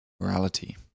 morality